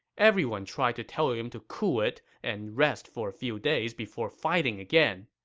everyone tried to tell him to cool it and rest for a few days before fighting again.